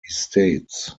estates